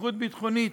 מתיחות ביטחונית,